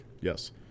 Yes